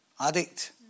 addict